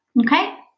Okay